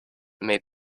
made